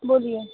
बोलिए